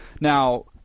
Now